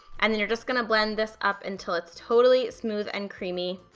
and then you're just gonna blend this up until it's totally smooth and creamy.